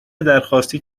درخواستی